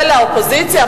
מילא האופוזיציה,